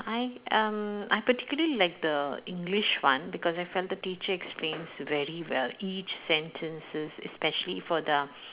I um I particularly like the English one because I felt the teacher explains very well each sentences especially for the